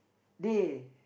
they